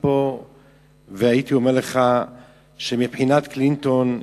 והייתי אומר לך שמבחינת קלינטון,